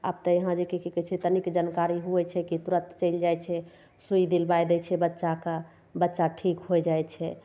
आब तऽ यहाँ जेकि की कहय छै तनिक जानकारी हुवै छै कि तुरत चलि जाइ छै सुइ दिलबाय दै छै बच्चाके बच्चा ठीक होइ जाइ छै